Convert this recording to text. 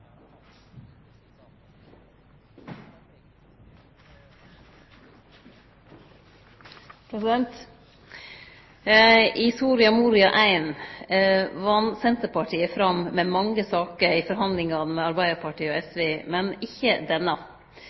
gratis?» I Soria Moria I vann Senterpartiet fram med mange saker i forhandlingane med Arbeidarpartiet og SV, men ikkje denne.